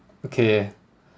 okay